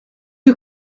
you